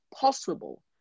possible